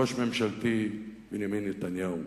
ראש ממשלתי בנימין נתניהו,